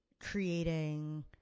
creating